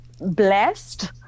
blessed